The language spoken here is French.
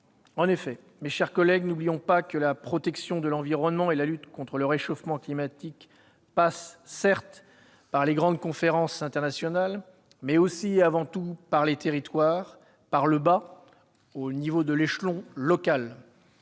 En effet, mes chers collègues, n'oublions pas que la protection de l'environnement et la lutte contre le réchauffement climatique passent, certes, par les grandes conférences internationales, mais aussi, et avant tout, par les territoires, par le bas, par l'échelon local.